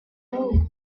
unis